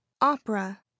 Opera